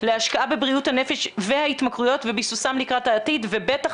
להשקעה בבריאות הנפש וההתמכרויות וביסוסם לקראת העתיד ובטח